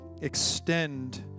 extend